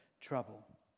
trouble